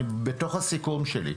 בתוך הסיכום שלי.